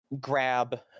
grab